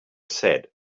said